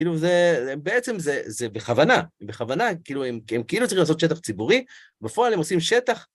כאילו זה, בעצם זה זה בכוונה, בכוונה, הם כאילו צריכים לעשות שטח ציבורי, בפועל הם עושים שטח...